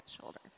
shoulder